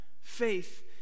faith